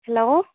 hello